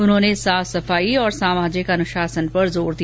उन्होंने साफ सफाई और सामाजिक अनुशासन पर जोर दिया